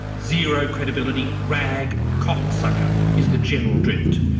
zero credibility, rag, cocksucker, is the general drift.